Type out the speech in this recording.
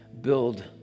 build